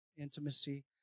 intimacy